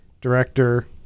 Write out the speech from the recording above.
director